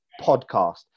podcast